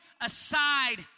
aside